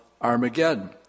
Armageddon